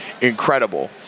incredible